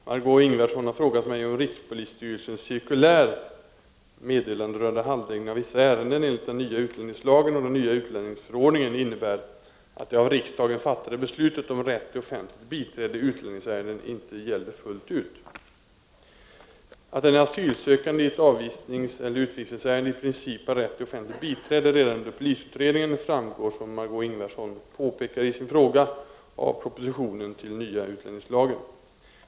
Herr talman! Margö Ingvardsson har frågat mig om rikspolisstyrelsens cirkulärmeddelande rörande handläggningen av vissa ärenden enligt den nya utlänningslagen och den nya utlänningsförordningen innebär att det av riksdagen fattade beslutet om rätt till offentligt biträde i utlänningsärenden inte gäller fullt ut. Att en asylsökande i ett avvisningseller utvisningsärende i princip har rätt till offentligt biträde redan under polisutredningen framgår, som Margö Ingvardsson påpekar i sin fråga, av propositionen till nya utlänningslagen.